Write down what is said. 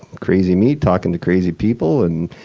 crazy me talking to crazy people, and,